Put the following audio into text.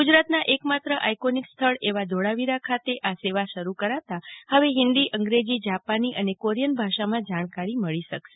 ગુજરાતના એકમાત્ર આઈકોનિક સ્થળ એવા ધોળાવીરા ખાતે આ સેવા શરૂ કરાતા હવે હિન્દી અંગ્રેજી જાપાની અને કોરિયન ભાષામાં જાણકારી મળી શકશે